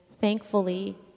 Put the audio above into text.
thankfully